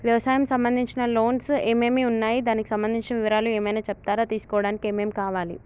వ్యవసాయం సంబంధించిన లోన్స్ ఏమేమి ఉన్నాయి దానికి సంబంధించిన వివరాలు ఏమైనా చెప్తారా తీసుకోవడానికి ఏమేం కావాలి?